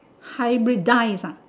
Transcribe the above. hybridize ah